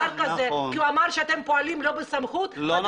לדבר כזה כי הוא אמר שאתם פועלים לא בסמכות --- לא נכון.